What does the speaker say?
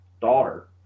daughter